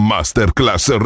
Masterclass